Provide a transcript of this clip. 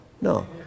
No